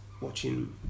watching